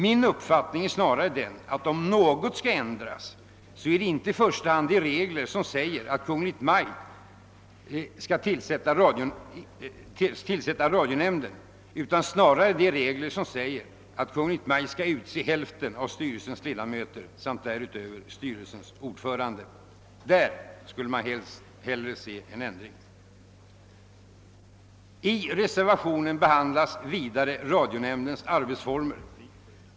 Min uppfattning är snarare att om något skall ändras, så är det inte i första hand de regler som säger att Kungl. Maj:t skall tillsätta radionämnden utan snarare de regler som säger att Kungl. Maj:t skall utse hälften av Sveriges Radios styrelseledamöter samt därutöver styrelsens ordförande. Där skulle jag hellre se en ändring. I reservationen 2 behandlas vidare radionämndens arbetsformer.